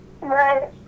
Right